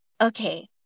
Okay